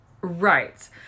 Right